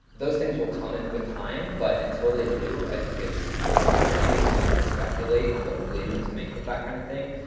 those things will come in with time, but until they do i think it's it's kind of too soon to speculate on what we'll be able to make with that kind of thing.